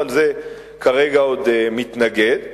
וכרגע האוצר עוד מתנגד לזה.